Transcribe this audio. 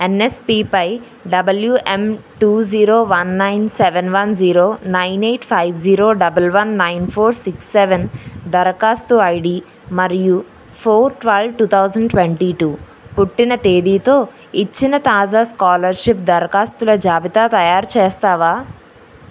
ఎన్ఎస్పీపై double U M two zero one nine seven one zero nine eight five zero double one nine four six seven దరఖాస్తు ID మరియు four twelve two thousand twenty two పుట్టిన తేదీతో ఇచ్చిన తాజా scholarship దరఖాస్తుల జాబితా తయారుచేస్తావా